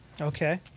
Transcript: Okay